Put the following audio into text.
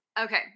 Okay